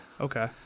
Okay